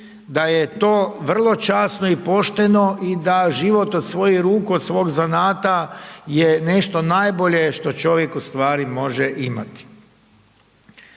da je to vrlo časno i pošteno i da život od svojih ruku, od svog zanata je nešto najbolje što čovjek u stvari može imati.